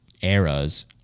eras